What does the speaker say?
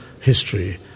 history